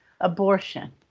Abortion